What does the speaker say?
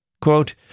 Quote